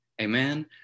Amen